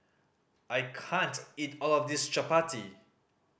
I can't eat all of this chappati